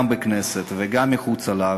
גם בכנסת וגם מחוץ לה,